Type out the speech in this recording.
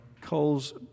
coals